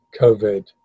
COVID